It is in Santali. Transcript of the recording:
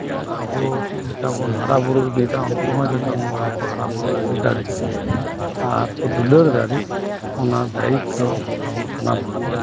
ᱟᱹᱵᱩ ᱪᱮᱫ ᱞᱮᱠᱟᱵᱩᱱ ᱦᱟᱨᱟ ᱵᱩᱨᱩ ᱤᱫᱤᱭᱮᱫᱟ ᱩᱱᱠᱩᱦᱚᱸ ᱱᱚᱣᱟᱠᱚ ᱤᱫᱤ ᱫᱟᱲᱤᱜ ᱟᱨᱠᱩ ᱫᱩᱞᱟᱹᱲ ᱫᱟᱲᱤᱜ ᱚᱱᱟ ᱫᱟᱭᱤᱛᱚ ᱟᱵᱩ ᱥᱟᱱᱟᱢ ᱦᱚᱲᱟᱜ ᱠᱟᱱᱟ